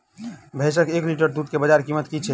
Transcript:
भैंसक एक लीटर दुध केँ बजार कीमत की छै?